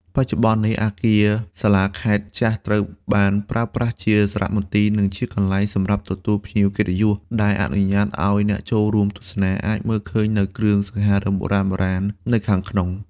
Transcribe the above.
បច្ចុប្បន្ននេះ អគារសាលាខេត្តចាស់ត្រូវបានប្រើប្រាស់ជាសារមន្ទីរ និងជាកន្លែងសម្រាប់ទទួលភ្ញៀវកិត្តិយស ដែលអនុញ្ញាតឱ្យអ្នកចូលទស្សនាអាចមើលឃើញនូវគ្រឿងសង្ហារិមបុរាណៗនៅខាងក្នុង។